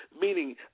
meaning